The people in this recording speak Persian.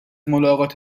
ملاقات